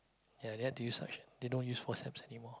ya they had to use suction they don't use forceps anymore